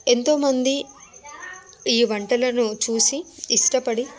ఎంతోమంది ఈ వంటలను చూసి ఇష్టపడి